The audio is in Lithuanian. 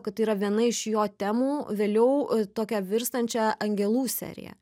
kad tai yra viena iš jo temų vėliau tokia virstančia angelų serija